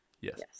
Yes